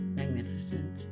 magnificent